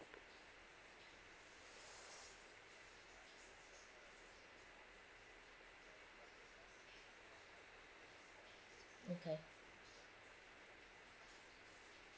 okay